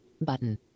button